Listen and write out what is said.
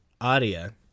Aria